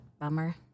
Bummer